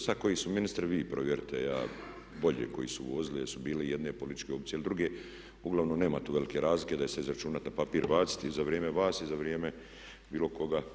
Sada koji su ministri vi provjerite ja, dolje koji su uvozili jesu li bile jedne političke opcije ili druge, uglavnom nema tu velike razlike da se je izračunati na papir i baciti i za vrijeme vas i za vrijeme bilo koga.